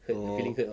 oh